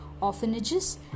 orphanages